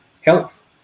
health